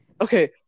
okay